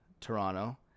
Toronto